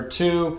two